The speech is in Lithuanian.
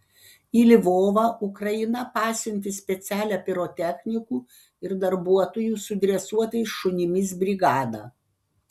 į lvovą ukraina pasiuntė specialią pirotechnikų ir darbuotojų su dresuotais šunimis brigadą